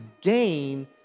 gain